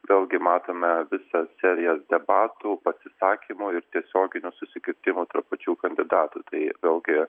vėlgi matome visas serijas debatų pasisakymų ir tiesioginių susikirtimų tarp pačių kandidatų tai vėlgi